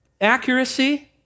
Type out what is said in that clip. accuracy